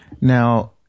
Now